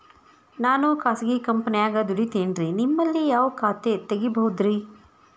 ನಾನು ಖಾಸಗಿ ಕಂಪನ್ಯಾಗ ದುಡಿತೇನ್ರಿ, ನಿಮ್ಮಲ್ಲಿ ಯಾವ ಖಾತೆ ತೆಗಿಬಹುದ್ರಿ?